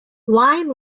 wine